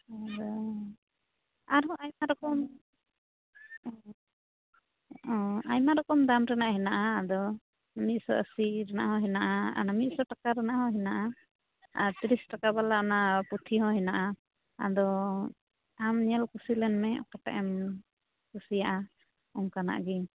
ᱟᱫᱚ ᱟᱨᱦᱚᱸ ᱟᱭᱢᱟ ᱨᱚᱠᱚᱢ ᱚ ᱟᱭᱢᱟ ᱨᱚᱠᱚᱢ ᱫᱟᱢ ᱨᱮᱱᱟᱜ ᱦᱮᱱᱟᱜᱼᱟ ᱟᱫᱚ ᱢᱤᱫ ᱥᱚ ᱟᱥᱤ ᱨᱮᱱᱟᱜ ᱦᱚᱸ ᱦᱮᱱᱟᱜᱼᱟ ᱟᱨ ᱚᱱᱟ ᱢᱤᱫ ᱥᱚ ᱴᱟᱠᱟ ᱨᱮᱱᱟᱜ ᱦᱚᱸ ᱦᱮᱱᱟᱜᱼᱟ ᱟᱨ ᱛᱤᱨᱤᱥ ᱴᱟᱠᱟ ᱵᱟᱞᱟ ᱚᱱᱟ ᱯᱩᱸᱛᱷᱤ ᱦᱚᱸ ᱦᱮᱱᱟᱜᱼᱟ ᱟᱫᱚ ᱟᱢ ᱧᱮᱞ ᱠᱩᱥᱤ ᱞᱮᱱᱢᱮ ᱚᱠᱟᱴᱟᱜ ᱮᱢ ᱠᱩᱥᱤᱭᱟᱜᱼᱟ ᱚᱱᱠᱟᱱᱟᱜ ᱜᱮ